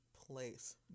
place